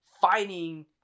fighting